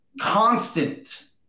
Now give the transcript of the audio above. constant